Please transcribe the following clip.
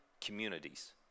communities